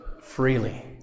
freely